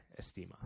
Estima